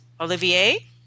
Olivier